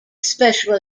special